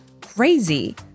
crazy